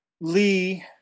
Lee